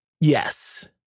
Yes